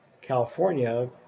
California